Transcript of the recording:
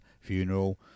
funeral